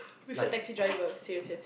with a taxi driver serious serious